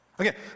Okay